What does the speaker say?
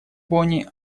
бонне